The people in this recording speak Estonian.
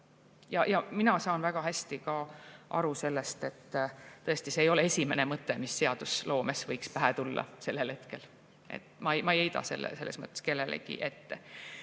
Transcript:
Mina saan väga hästi aru sellest, et tõesti see ei ole esimene mõte, mis seadust luues võiks pähe tulla sellel hetkel. Ma ei heida selles mõttes kellelegi